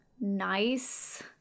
nice